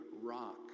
rock